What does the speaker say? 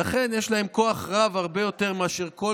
ולכן יש להם כוח רב הרבה יותר מאשר כל